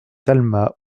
talma